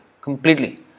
Completely